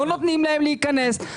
לא נותנים להם להיכנס.